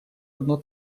одно